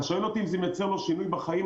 אתה שואל אם זה מייצר לו שינוי בחיים,